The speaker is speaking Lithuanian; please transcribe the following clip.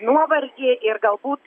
nuovargį ir galbūt